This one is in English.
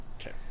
Okay